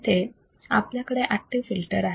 इथे आपल्याकडे active filter आहे